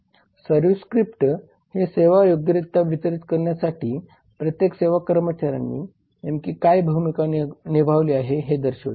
service script हे सेवा योग्यरित्या वितरीत करण्यासाठी प्रत्येक सेवा कर्मचाऱ्यांनी नेमकी काय भूमिका निभावली आहे हे दर्शवते